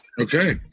Okay